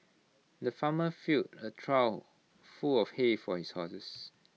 the farmer filled A trough full of hay for his horses